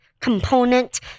component